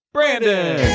Brandon